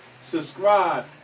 Subscribe